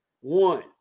one